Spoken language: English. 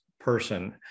person